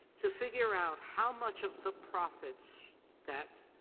to figure out how much of the profits that